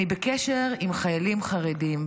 אני בקשר עם חיילים חרדים,